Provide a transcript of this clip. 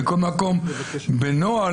בנוהל,